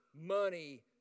money